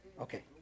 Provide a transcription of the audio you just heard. Okay